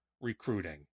recruiting